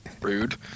rude